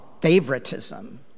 favoritism